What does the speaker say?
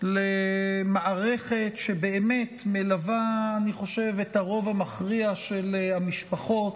למערכת שמלווה את הרוב המכריע של המשפחות,